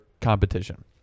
competition